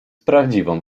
prawdziwą